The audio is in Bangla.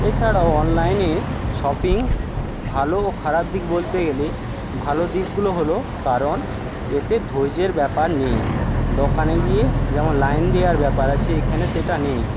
এছাড়াও অনলাইনে শপিং ভালো ও খারাপ দিক বলতে গেলে ভালো দিকগুলো হলো কারণ এতে ধৈর্যের ব্যাপার নেই দোকানে গিয়ে যেমন লাইন দেয়ার ব্যাপার আছে এখানে সেটা নেই